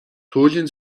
туйлын